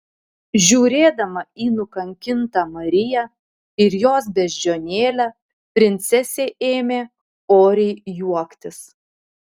žiūrėdama į nukankintą mariją ir jos beždžionėlę princesė ėmė oriai juoktis